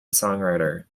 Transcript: songwriter